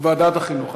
ועדת החינוך.